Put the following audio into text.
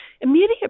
immediate